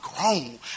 grown